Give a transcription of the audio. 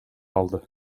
алды